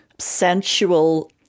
sensual